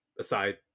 aside